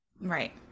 Right